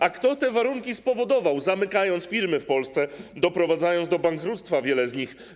A kto te warunki spowodował, zamykając firmy w Polsce, doprowadzając do bankructwa wiele z nich?